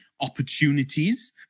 opportunities